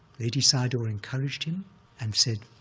ledi sayadaw encouraged him and said,